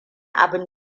abin